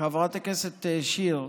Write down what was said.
חברת הכנסת שיר,